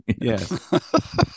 yes